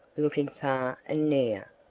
looking far and near.